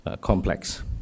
Complex